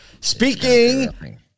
Speaking